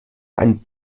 ein